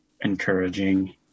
encouraging